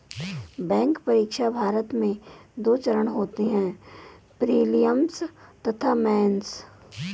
bank परीक्षा, भारत में दो चरण होते हैं प्रीलिम्स तथा मेंस